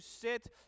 sit